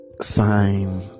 sign